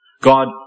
God